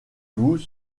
vous